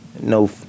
No